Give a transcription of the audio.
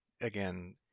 again